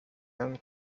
and